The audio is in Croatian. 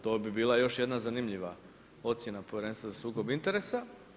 To bi bila još jedna zanimljiva ocjena Povjerenstva za sukob interesa.